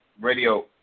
radio